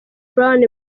brown